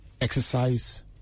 exercise